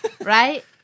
Right